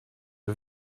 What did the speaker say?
you